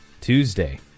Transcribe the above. Tuesday